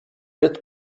wird